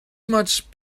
much